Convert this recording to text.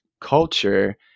culture